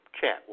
chat